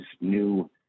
new